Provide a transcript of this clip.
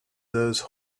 those